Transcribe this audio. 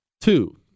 Two